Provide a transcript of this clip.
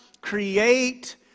create